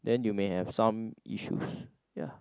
then you may have some issues ya